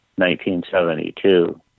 1972